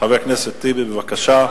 חבר הכנסת טיבי, בבקשה.